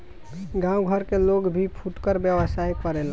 गांव घर में लोग भी फुटकर व्यवसाय करेला